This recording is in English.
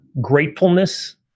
gratefulness